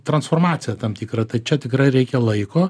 transformaciją tam tikrą tai čia tikrai reikia laiko